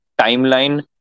timeline